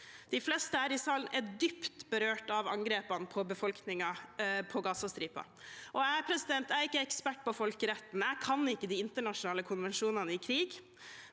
De fleste her i salen er dypt berørt av angrepene på befolkningen på Gazastripen. Jeg er ikke ekspert på folkeretten, jeg kan ikke de internasjonale konvensjonene i krig,